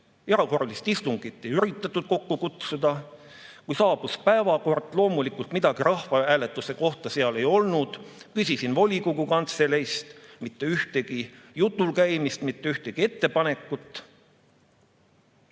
Erakorralist istungit ei üritatud kokku kutsuda. Kui saabus päevakord, loomulikult midagi rahvahääletuse kohta seal ei olnud. Küsisin volikogu kantseleist – mitte ühtegi jutul käimist, mitte ühtegi ettepanekut.